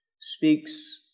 speaks